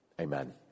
Amen